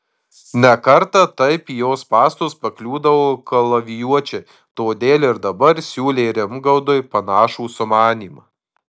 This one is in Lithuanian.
ne kartą taip į jo spąstus pakliūdavo kalavijuočiai todėl ir dabar siūlė rimgaudui panašų sumanymą